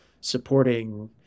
supporting